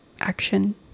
action